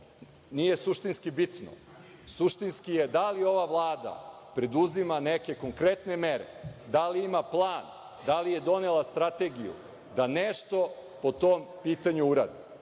nije suštinski bitno. Suštinski je – da li ova Vlada preduzima neke konkretne mere, da li ima plan, da li je donela strategiju da nešto po tom pitanju uradi?